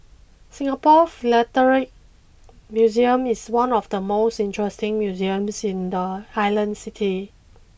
Singapore Philatelic Museum is one of the most interesting museums in the island city